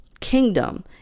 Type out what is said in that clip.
kingdom